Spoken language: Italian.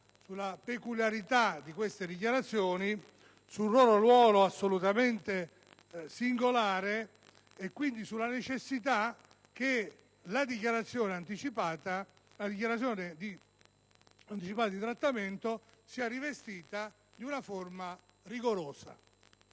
e peculiarità di queste dichiarazioni, sul loro ruolo assolutamente singolare e quindi sulla necessità che la dichiarazione anticipata di trattamento sia rivestita di una forma rigorosa.